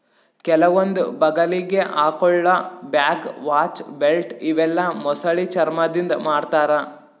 ಕೆಲವೊಂದ್ ಬಗಲಿಗ್ ಹಾಕೊಳ್ಳ ಬ್ಯಾಗ್, ವಾಚ್, ಬೆಲ್ಟ್ ಇವೆಲ್ಲಾ ಮೊಸಳಿ ಚರ್ಮಾದಿಂದ್ ಮಾಡ್ತಾರಾ